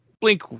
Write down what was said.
blink